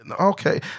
okay